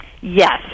yes